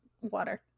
water